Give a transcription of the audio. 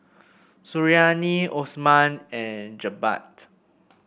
Suriani Osman and Jebat